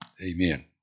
amen